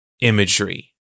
imagery